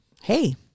hey